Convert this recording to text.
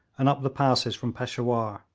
and up the passes from peshawur,